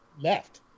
left